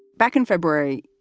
back in february,